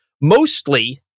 mostly